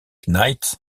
knights